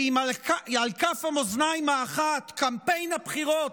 כי אם על כף המאזניים האחת קמפיין הבחירות